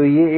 तो यह